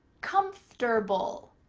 comfortable,